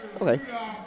Okay